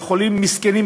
והחולים מסכנים,